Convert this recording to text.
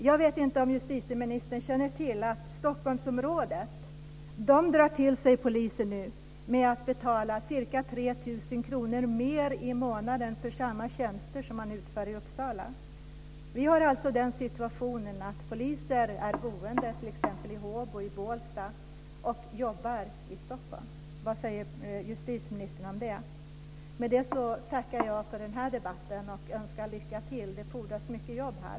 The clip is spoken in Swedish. Jag vet inte om justitieministern känner till att Stockholmsområdet nu drar till sig poliser genom att betala ca 3 000 kr mer i månaden för samma tjänster som man utför i Uppsala. Vi har alltså den situationen att poliser är boende i t.ex. Håbo och Bålsta och jobbar i Stockholm. Vad säger justitieministern om det? Med det tackar jag för den här debatten och önskar lycka till! Det fordras mycket jobb här.